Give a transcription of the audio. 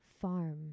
farm